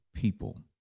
people